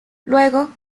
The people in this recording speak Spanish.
luego